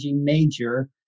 major